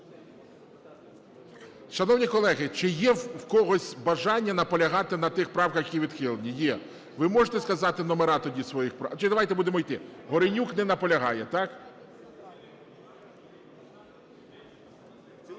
Шановні колеги, чи є в когось бажання наполягати на тих правках, які відхилені? Є. Ви можете сказати номери тоді своїх правок? Чи давайте будемо йти. Горенюк не наполягає, так?